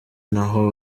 naho